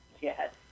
Yes